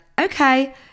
okay